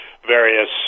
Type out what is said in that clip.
Various